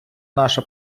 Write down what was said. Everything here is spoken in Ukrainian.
наша